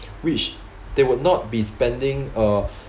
which they would not be spending uh